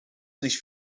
nicht